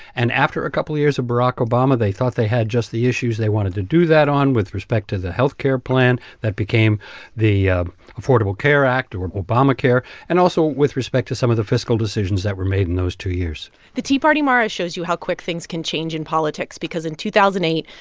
and after a couple of years of barack obama, they thought they had just the issues they wanted to do that on with respect to the health care plan that became the affordable care act, or obamacare, and also with respect to some of the fiscal decisions that were made in those two years the tea party, mara, shows you how quick things can change in politics because in two thousand and eight,